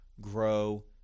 grow